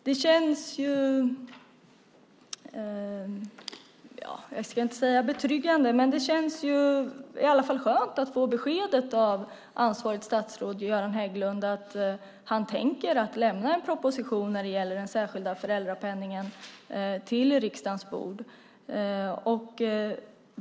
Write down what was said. Herr talman! Det känns om inte betryggande så i alla fall skönt att få beskedet av ansvarigt statsråd Göran Hägglund att han tänker lämna en proposition till riksdagens bord när det gäller den särskilda föräldrapenningen.